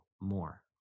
more